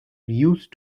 used